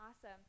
Awesome